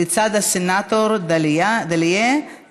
לצד הסנאטור דאלייה,